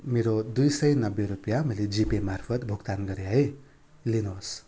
मेरो दुई सय नब्बे रुपियाँ मैले जिपे मार्फत् भुक्तान गरेँ है लिनुहोस्